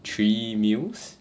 three meals